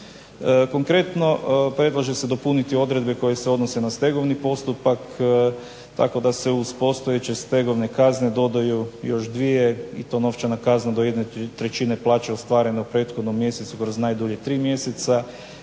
Konkretno predlaže se dopuniti odredbe koje se odnose na stegovni postupak tako da se uz postojeće stegovne kazne dodaju još dvije i to novčana kazna do jedne trećine plaće ostvarenje u prethodnom mjesecu kroz najdulje tri mjeseca